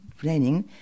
training